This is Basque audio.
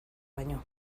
baino